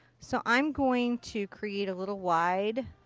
so i'm going to create a little wide